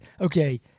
okay